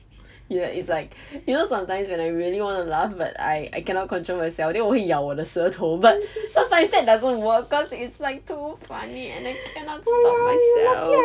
you like it's like you know sometimes when I really wanna laugh but I I cannot control myself then 我会咬我的舌头 but sometimes that doesn't work cause it's like too funny and I cannot stop myself